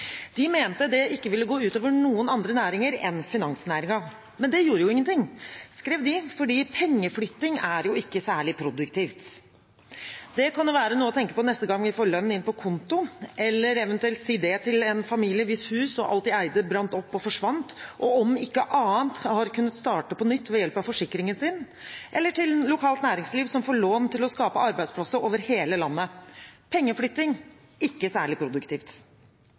De mente det ikke ville gå ut over noen andre næringer enn finansnæringen – men det gjorde jo ingenting, skrev de, for pengeflytting er ikke særlig produktivt. Det kan jo være noe å tenke på neste gang vi får lønn inn på kontoen, eller det kunne være noe å si til en familie hvis hus og alt de eide, brant opp og forsvant, og som – om ikke annet – har kunnet starte på nytt ved hjelp av forsikringen sin, eller til lokalt næringsliv, som får lån til å skape arbeidsplasser over hele landet. Pengeflytting: ikke særlig produktivt,